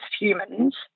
humans